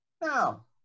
Now